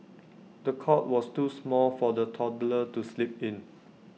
the cot was too small for the toddler to sleep in